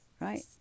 right